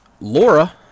Laura